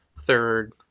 third